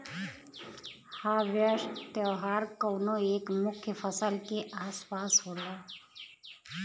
harvest त्यौहार कउनो एक मुख्य फसल के आस पास होला